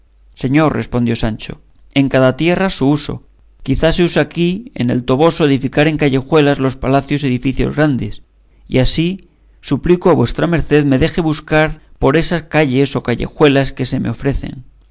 señor respondió sancho en cada tierra su uso quizá se usa aquí en el toboso edificar en callejuelas los palacios y edificios grandes y así suplico a vuestra merced me deje buscar por estas calles o callejuelas que se me ofrecen